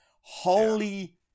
holy